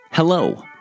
Hello